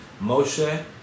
Moshe